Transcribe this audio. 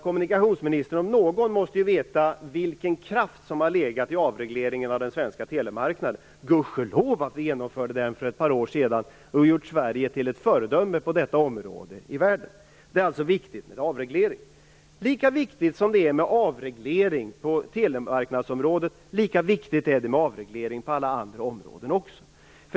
Kommunikationsministern om någon måste veta vilken kraft som har legat i avregleringen av den svenska telemarknaden. Gudskelov att vi genomförde den för ett par år sedan och gjorde Sverige till ett föredöme i världen på detta område. Det är alltså viktigt med avreglering. Lika viktigt som det är med avreglering på telemarknadsområdet är det med avreglering på alla andra områden.